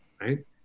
right